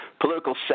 political